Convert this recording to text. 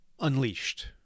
unleashed